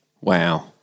Wow